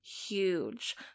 huge